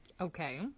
Okay